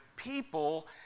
People